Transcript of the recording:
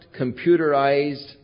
computerized